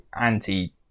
anti